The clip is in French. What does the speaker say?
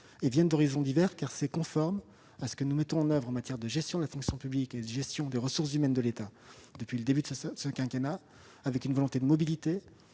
expériences de chacun. D'autre part, c'est conforme à ce que nous mettons en oeuvre en matière de gestion de la fonction publique et des ressources humaines de l'État depuis le début de ce quinquennat, avec une volonté de mobilité